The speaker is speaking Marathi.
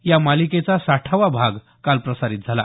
या मालिकेचा साठावा भाग काल प्रसारित झाला